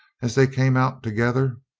as they came out together.